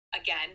again